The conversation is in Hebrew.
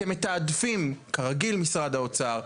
אתם מתעדפים, כרגיל משרד האוצר,